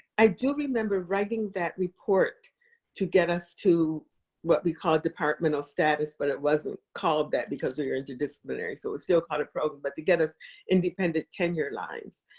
i do remember writing that report to get us to what we call departmental status, but it wasn't called that because we are interdisciplinary, so it still called a program, but to get us independent tenure lines.